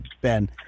Ben